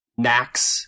Nax